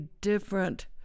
different